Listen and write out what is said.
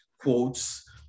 quotes